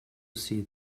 see